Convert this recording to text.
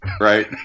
right